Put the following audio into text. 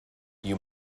you